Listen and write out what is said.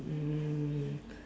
mm